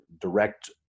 direct